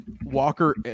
Walker